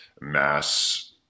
mass